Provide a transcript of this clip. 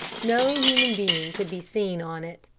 no human being could be seen on it.